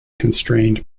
constrained